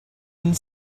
and